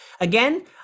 Again